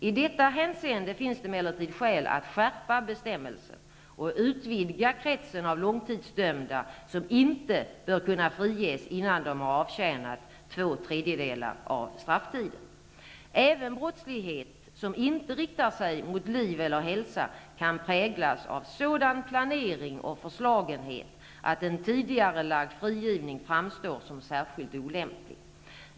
I detta hänseende finns det emellertid skäl att skärpa bestämmelsen och utvidga kretsen av långtidsdömda som inte bör kunna friges innan de har avtjänat två tredjedelar av strafftiden. Även brottslighet som inte riktar sig mot liv eller hälsa kan präglas av sådan planering och förslagenhet att en tidigarelagd frigivning framstår som särskilt olämplig.